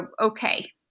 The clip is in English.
okay